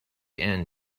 end